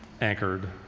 anchored